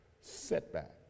Setback